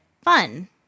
Fun